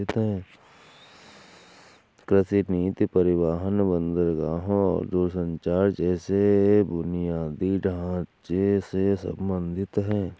कृषि नीति परिवहन, बंदरगाहों और दूरसंचार जैसे बुनियादी ढांचे से संबंधित है